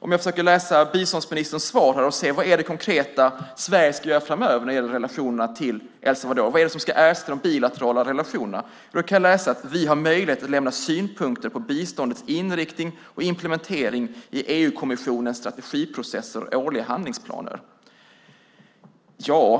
Jag har försökt att läsa biståndsministerns svar och se vad Sverige konkret ska göra framöver när det gäller relationerna till El Salvador. Vad är det som ska ersätta de bilaterala relationerna? Det står att vi har möjligheter att lämna synpunkter på biståndets inriktning och implementering i EU-kommissionens strategiprocesser och årliga handlingsplaner.